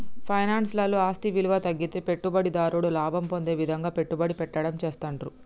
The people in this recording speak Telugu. ఫైనాన్స్ లలో ఆస్తి విలువ తగ్గితే పెట్టుబడిదారుడు లాభం పొందే విధంగా పెట్టుబడి పెట్టడం చేస్తాండ్రు